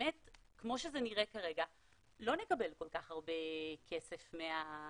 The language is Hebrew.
באמת כמו שזה נראה כרגע לא נקבל כל כך הרבה כסף מהגז.